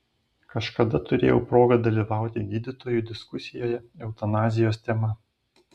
kažkada turėjau progą dalyvauti gydytojų diskusijoje eutanazijos tema